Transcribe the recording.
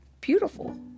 beautiful